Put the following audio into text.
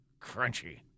Crunchy